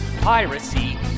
piracy